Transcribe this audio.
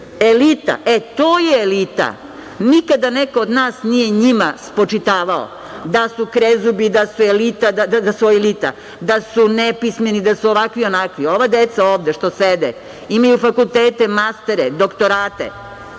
Elita, e to je elita, nikada neko od nas nije njima spočitavao da su krezubi, da su nepismeni, da su ovakvi, onakvi. Ova deca ovde što sede imaju fakultete, mastere, doktorate,